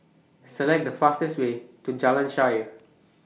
Select The fastest Way to Jalan Shaer